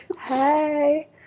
Hey